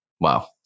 Wow